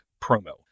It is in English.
promo